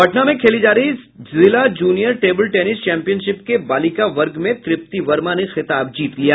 पटना में खेली जा रही जिला जूनियर टेबल टेनिस चैंपियनशिप के बालिका वर्ग में तृप्ति वर्मा ने खिताब जीत लिया